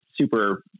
super